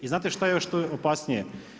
I znate šta je još tu opasnije?